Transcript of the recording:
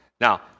Now